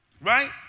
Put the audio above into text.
right